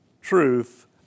truth